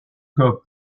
cas